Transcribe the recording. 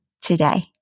today